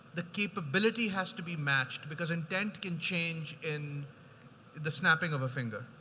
the capability has to be matched because intent can change in the snapping of a finger.